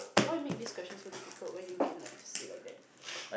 why make this question so difficult when you can like said like that